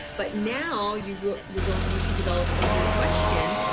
but now you you're going to develop a new question.